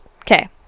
Okay